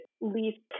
least